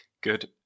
Good